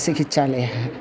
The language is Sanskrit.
चिकित्सालयः